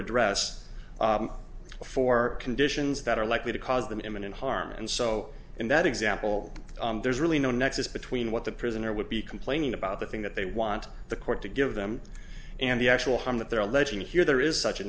redress for conditions that are likely to cause them imminent harm and so in that example there's really no nexus between what the prisoner would be complaining about the thing that they want the court to give them and the actual harm that they're alleging here there is such a